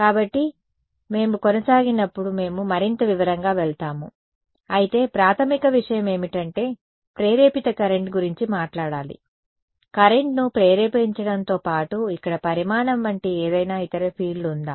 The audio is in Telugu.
కాబట్టి మేము కొనసాగినప్పుడు మేము మరింత వివరంగా వెళ్తాము అయితే ప్రాథమిక విషయం ఏమిటంటే ప్రేరేపిత కరెంట్ గురించి మాట్లాడాలి కరెంట్ను ప్రేరేపించడంతోపాటు ఇక్కడ పరిమాణం వంటి ఏదైనా ఇతర ఫీల్డ్ ఉందా